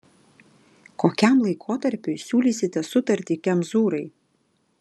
kokiam laikotarpiui siūlysite sutartį kemzūrai